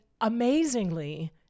amazingly